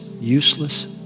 useless